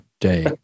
day